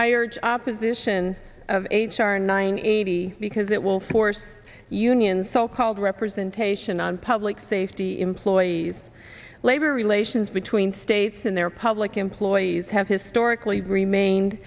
ayers opposition of h r nine hundred eighty because it will force unions so called representation on public safety employees labor relations between states and their public employees have historically remained